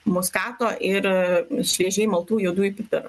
muskato ir šviežiai maltų juodųjų pipirų